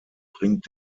bringt